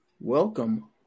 welcome